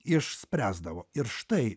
išspręsdavo ir štai